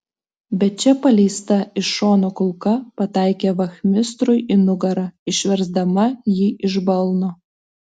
bet čia paleista iš šono kulka pataikė vachmistrui į nugarą išversdama jį iš balno